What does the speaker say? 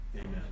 Amen